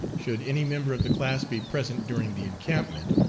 should any member of the class be present during the encampment,